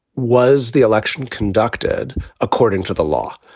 was the election conducted according to the law?